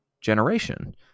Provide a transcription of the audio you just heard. generation